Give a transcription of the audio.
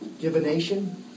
Divination